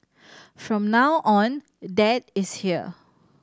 from now on dad is here